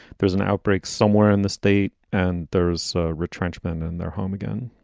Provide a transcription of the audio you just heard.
there's an outbreak somewhere in the state and there's retrenchment and they're home again.